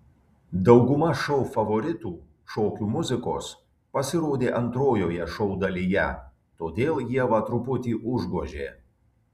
dauguma šou favoritų šokių muzikos pasirodė antrojoje šou dalyje todėl ievą truputį užgožė